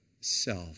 self